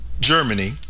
Germany